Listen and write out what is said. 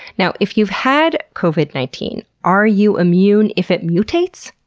now, if you've had covid nineteen, are you immune if it mutates?